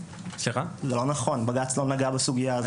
זה לא נכון, בג"ץ לא נגע בסוגיה הזו.